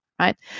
right